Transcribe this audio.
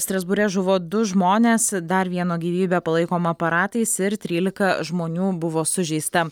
strasbūre žuvo du žmonės dar vieno gyvybė palaikoma aparatais ir trylika žmonių buvo sužeista